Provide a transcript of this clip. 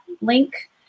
link